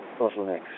bottlenecks